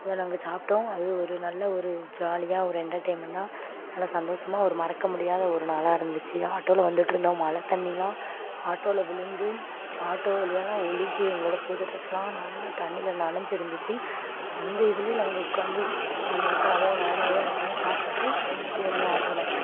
அதை நாங்கள் சாப்பிட்டோம் அது ஒரு நல்ல ஒரு ஜாலியாக ஒரு என்டெர்டைமெண்டாக நல்ல சந்தோஷமா ஒரு மறக்க முடியாத ஒரு நாளாக இருந்துச்சு ஆட்டோவில் வந்துகிட்டுருந்தோம் மழை தண்ணியெலாம் ஆட்டோவில் விழுந்து ஆட்டோ வழியாக ஒழுகி எங்களோடய புது ட்ரெஸ் எல்லாம் நல்லா தண்ணியில் நனஞ்சு இருந்துச்சு அந்த இதிலையும் நாங்கள் உக்கார்ந்து சமோசாவை வடையை அதெலாம் சாப்பிட்டுட்டு வந்துகிட்டே இருந்தோம் ஆட்டோவில்